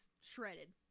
shredded